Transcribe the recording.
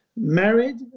Married